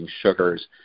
sugars